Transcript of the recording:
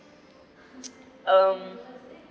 um